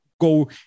go